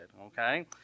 okay